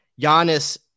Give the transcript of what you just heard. Giannis